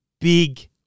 big